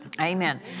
Amen